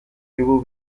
y’ubu